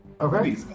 Okay